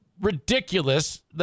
ridiculous